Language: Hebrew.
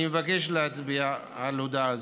אני מבקש להצביע על הודעה זו.